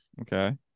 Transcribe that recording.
Okay